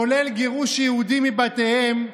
כולל גירוש יהודים מבתיהם,